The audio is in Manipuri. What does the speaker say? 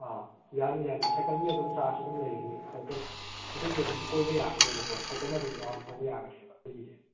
ꯑꯥꯎ ꯌꯥꯅꯤ ꯌꯥꯅꯤ ꯁꯥꯏꯀꯜꯒꯤ ꯑꯗꯨꯝ ꯆꯥꯔꯖ ꯑꯗꯨꯝ ꯂꯩꯒꯅꯤ ꯁꯥꯏꯀꯜ ꯑꯗꯨꯒꯤ ꯑꯗꯨꯝ ꯀꯣꯏꯕ ꯌꯥꯒꯅꯤꯕꯀꯣ ꯁꯥꯏꯀꯜꯅ ꯑꯗꯨꯝ ꯔꯥꯎꯟꯗ ꯊꯧꯕ ꯌꯥꯒꯅꯤꯕ ꯑꯗꯨꯒꯤꯗꯤ